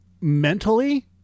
mentally